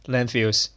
Landfills